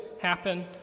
happen